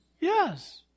Yes